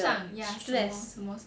天上压 stress